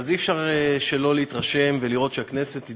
אי-אפשר שלא להתרשם ולראות שהכנסת היא